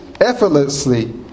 effortlessly